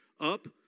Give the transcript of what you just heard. up